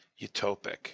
utopic